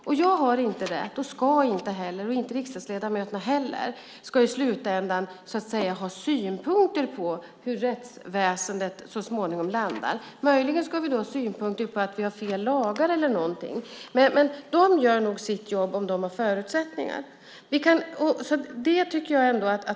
Inte jag och inte riksdagsledamöterna heller ska i slutändan ha synpunkter på hur rättsväsendet så småningom landar. Möjligen ska vi ha synpunkter på att vi har fel lagar eller något. De gör nog sitt jobb om de har förutsättningar.